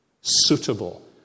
suitable